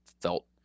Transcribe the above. felt